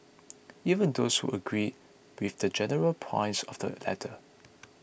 even those who agreed with the general points of the letter